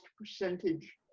percentage